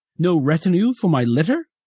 no retinue for my litter?